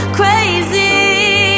crazy